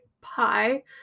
pie